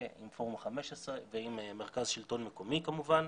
עם פורום ה-15 ועם מרכז שלטון מקומי כמובן.